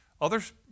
Others